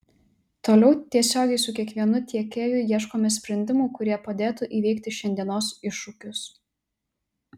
toliau tiesiogiai su kiekvienu tiekėju ieškome sprendimų kurie padėtų įveikti šiandienos iššūkius